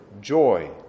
joy